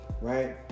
right